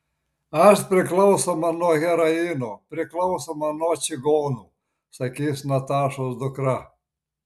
aš priklausoma nuo heroino priklausoma nuo čigonų sakys natašos dukra